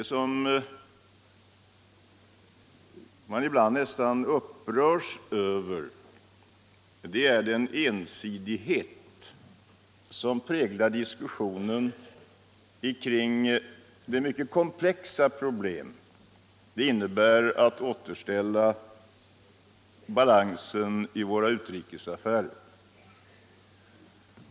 Vad man ibland nästan upprörs över är den ensidighet som präglar diskussionen kring de mycket komplexa problem det innebär att återställa balansen i våra utrikesaffärer.